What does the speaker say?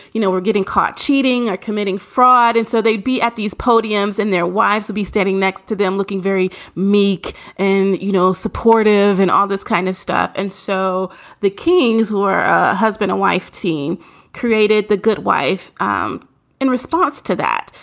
you know, we're getting caught cheating or committing fraud. and so they'd be at these podiums and their wives would be standing next to them, looking very meek and, you know, supportive and all this kind of stuff. and so the kings were husband and wife team created the good wife um in response to that,